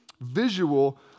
visual